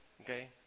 okay